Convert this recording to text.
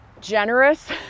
generous